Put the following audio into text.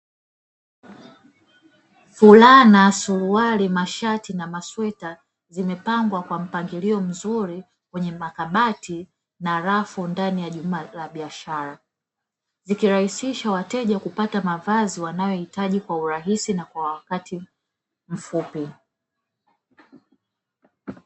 Fulana, suruali, mashati na masweta zimepangwa kwa mpangilio mzuri kwenye makabati na rafu ndani ya jumba la biashara, vikirahisisha wateja kupata mavazi wanayohitaji kwa urahisi na kwa wakati mfupi.